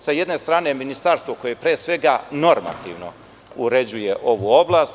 Sa jedne strane, Ministarstvo koje pre svega normativno uređuje ovu oblast.